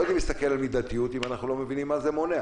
אנחנו לא יודעים להסתכל על מידתיות אם אנחנו לא מבינים מה זה מונע,